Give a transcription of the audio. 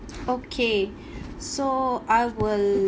okay so I will